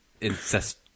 incest